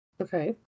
Okay